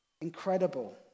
Incredible